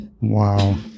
wow